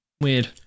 weird